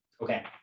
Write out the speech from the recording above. Okay